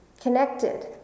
connected